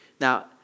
Now